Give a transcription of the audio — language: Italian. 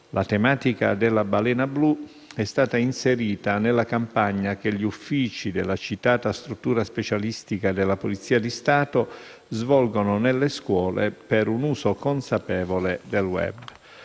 la tematica della «Balena blu» è stata inserita nella campagna che gli uffici della citata struttura specialistica della Polizia di Stato svolgono nelle scuole per un uso consapevole del *web*.